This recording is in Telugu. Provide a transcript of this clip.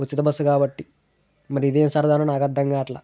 ఉచిత బస్సు కాబట్టి మరి ఇదేం సరదానో నాకు అర్ధం కావట్లే